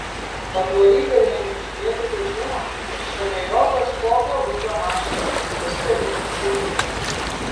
patvory galėjome įžiūrėti vežimą ir šalia jo kažkokią ūkio mašiną su skardine sėdyne